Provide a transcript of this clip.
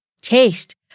taste